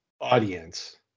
audience